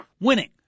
winning